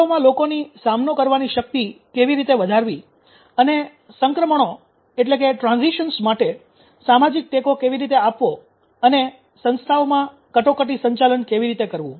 સંસ્થાઓમાં લોકોની સામનો કરવાની શક્તિ કેવી રીતે વધારવી અને સંક્રમણોપરિવર્તનો માટે સામાજિક ટેકો કેવી રીતે આપવો અને સંસ્થાઓમાં કટોકટી સંચાલન કેવી રીતે કરવું